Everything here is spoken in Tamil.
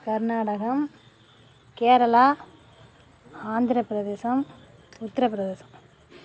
கர்நாடகம் கேரளா ஆந்திரப்பிரதேசம் உத்திரப்பிரதேசம்